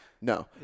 No